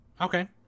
Okay